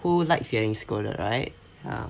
who likes getting scolded right